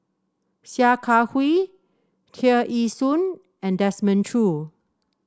Sia Kah Hui Tear Ee Soon and Desmond Choo